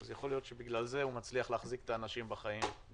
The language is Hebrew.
יכול להיות שבגלל זה הוא מצליח להחזיק את האנשים בחיים.